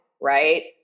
right